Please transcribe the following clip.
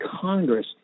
Congress